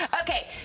Okay